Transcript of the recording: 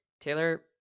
Taylor